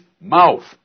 mouth